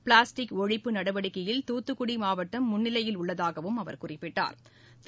plastic ஒழிப்பு நடவடிக்கையில் தூத்துக்குடி மாவட்டம் முன்னிலையில் உள்ளதாக அவர் குறிப்பிட்டாள்